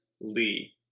Lee